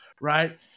right